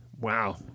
Wow